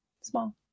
small